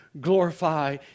glorify